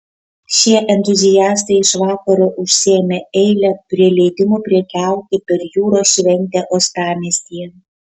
šie entuziastai iš vakaro užsiėmė eilę prie leidimų prekiauti per jūros šventę uostamiestyje